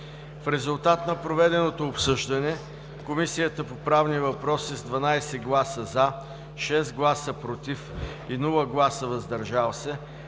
В резултат на проведеното обсъждане, Комисията по правни въпроси с 12 гласа „за“, 6 гласа „против“, без „въздържали се“,